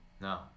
no